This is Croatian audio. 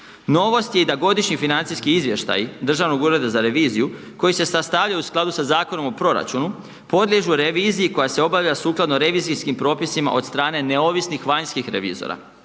Novost je da i godišnji financijski izvještaj Državnog ureda za reviziju, koji se sastavljaju u skladu sa Zakonom o proračunu, podliježu reviziji koja se obavlja sukladno revizijskim propisima od strane neovisnih vanjskih revizora.